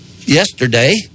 yesterday